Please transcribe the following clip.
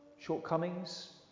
shortcomings